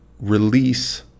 release